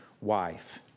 wife